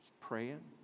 praying